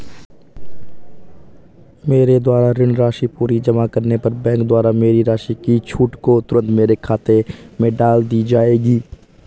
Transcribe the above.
मेरे द्वारा ऋण राशि पूरी जमा करने पर बैंक द्वारा मेरी राशि की छूट को तुरन्त मेरे खाते में डाल दी जायेगी?